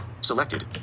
Selected